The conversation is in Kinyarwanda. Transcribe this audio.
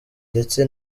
ndetse